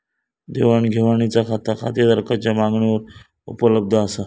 देवाण घेवाणीचा खाता खातेदाराच्या मागणीवर उपलब्ध असा